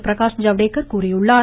பிரகாஷ் ஜவ்தேக்கர் கூறியுள்ளார்